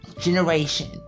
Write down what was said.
generation